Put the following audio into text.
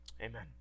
Amen